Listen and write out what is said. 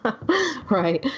Right